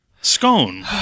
Scone